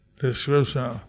description